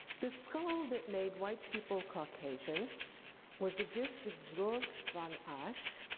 the skull that made white people caucasian was a gift of georg von asch,